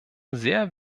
sehr